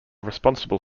responsible